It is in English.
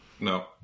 no